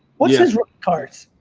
what's his rookie cards.